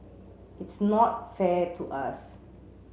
it's not fair to us